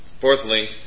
Fourthly